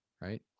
right